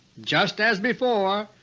just as before,